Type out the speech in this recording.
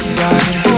ride